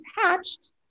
hatched